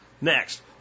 Next